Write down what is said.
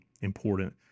important